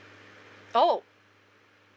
oh